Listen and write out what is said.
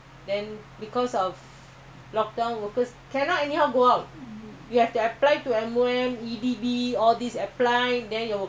off day ah staggerate off day one day goverment rules must give them so my workers every tuesday off day and then two weeks once friday swab